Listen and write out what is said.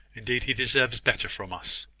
indeed he deserves better from us.